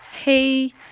Hey